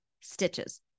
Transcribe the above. stitches